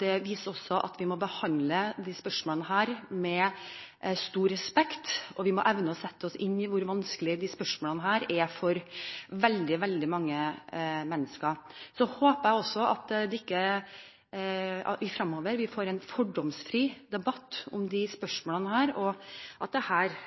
Det viser også at vi må behandle disse spørsmålene med stor respekt, og vi må evne å sette oss inn i hvor vanskelige disse spørsmålene er for veldig, veldig mange mennesker. Så håper jeg at vi får en fordomsfri debatt om disse spørsmålene, og at